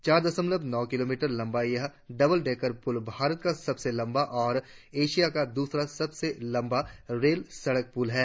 चार दशमलव नौ किलोमीटर लंबा यह डबलडेकर पुल भारत का सबसे लंबा और एशिया का दूसरा सबसे लंबा रेल सड़क पुल है